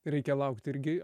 reikia laukt irgi